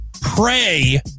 Pray